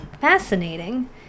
fascinating